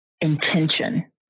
intention